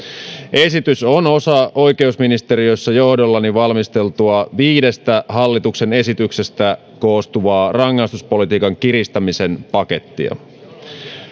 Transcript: esitys on osa oikeusministeriössä johdollani valmisteltua viidestä hallituksen esityksestä koostuvaa rangaistuspolitiikan kiristämisen pakettia